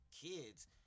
kids